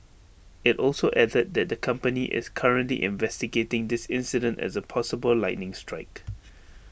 IT also added that the company is currently investigating this incident as A possible lightning strike